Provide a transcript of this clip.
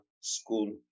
school